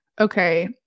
Okay